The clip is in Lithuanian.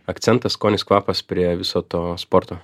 akcentas skonis kvapas prie viso to sporto